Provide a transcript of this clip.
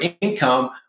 income